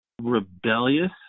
rebellious